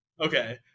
Okay